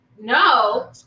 no